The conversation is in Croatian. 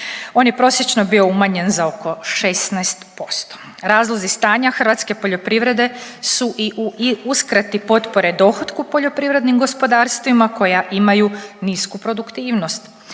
On je prosječno bio umanjen za oko 16%. Razlozi stanja hrvatske poljoprivrede su i u uskrati potpore dohotku poljoprivrednim gospodarstvima koja imaju nisku produktivnost.